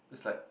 is like